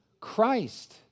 Christ